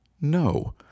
No